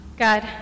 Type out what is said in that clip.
God